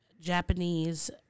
Japanese